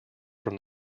from